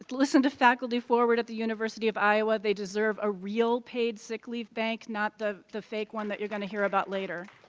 listen to faculty forward at the university of iowa, they deserve a real paid sick leave bank. not the the one that you're going to hear about later.